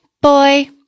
Boy